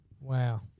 Wow